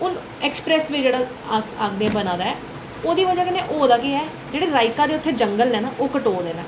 हून ऐक्सपरैस्स वे जेह्ड़ा अस आखदे आं बनै दा ऐ ओह्दी वजह् कन्नै होऐ दा केह् ऐ जेह्ड़े रायका दे उत्थै जंगल न ओह् कटोऐ दे न